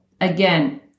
again